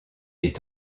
est